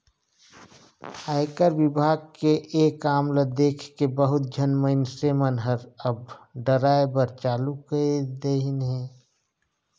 आयकर विभाग के ये काम ल देखके बहुत झन मइनसे मन हर अब डराय बर चालू कइर देहिन हे